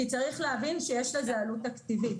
כי צריך להבין שיש לזה עלות תקציבית.